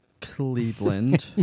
Cleveland